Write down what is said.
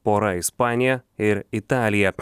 pora ispanija ir italija